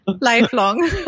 lifelong